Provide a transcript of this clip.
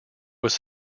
was